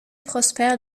prospère